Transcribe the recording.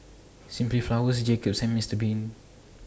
Simply Flowers Jacob's and Mister Bean